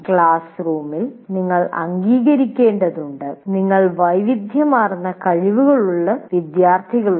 class റൂമിൽ നിങ്ങൾ അംഗീകരിക്കേണ്ടതുണ്ട് നിങ്ങൾക്ക് വൈവിധ്യമാർന്ന കഴിവുകളുള്ള വിദ്യാർത്ഥികളുണ്ട്